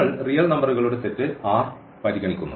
നമ്മൾ റിയൽ നമ്പറുകളുടെ set R പരിഗണിക്കുന്നു